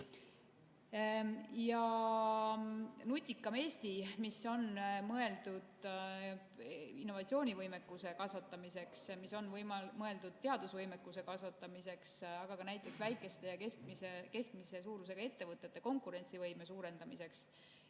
"Nutikam Eesti", mis on mõeldud innovatsioonivõimekuse kasvatamiseks, mis on mõeldud teadusvõimekuse kasvatamiseks, aga ka näiteks väikese ja keskmise suurusega ettevõtete konkurentsivõime suurendamiseks,